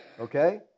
Okay